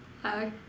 hurry